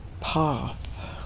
path